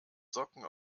socken